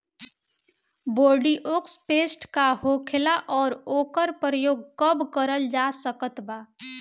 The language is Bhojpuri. बोरडिओक्स पेस्ट का होखेला और ओकर प्रयोग कब करल जा सकत बा?